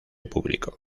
publicó